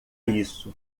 isso